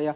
ja